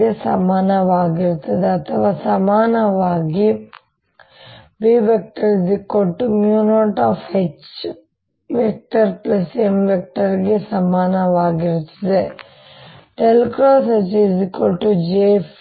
ಗೆ ಸಮನಾಗಿರುತ್ತದೆ ಅಥವಾ ಸಮಾನವಾಗಿ B0HM ಗೆ ಸಮನಾಗಿರುತ್ತದೆ ಅಂದರೆ Hjfree